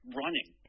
running